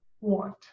want